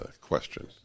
question